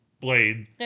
blade